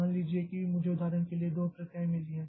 मान लीजिए कि मुझे उदाहरण के लिए दो प्रक्रियाएँ मिली हैं